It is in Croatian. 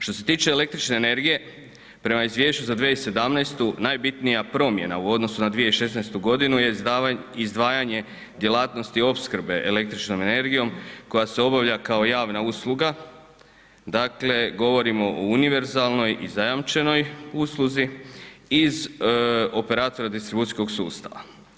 Što se tiče električne energije, prema izvješću za 2017., najbitnija promjena u odnosu na 2016. godinu je izdvajanje djelatnosti opskrbe električnom energijom, koja se obavlja kao javna usluga, dakle, govorimo o univerzalnoj i zajamčenoj usluzi iz operatora distribucijskog sustava.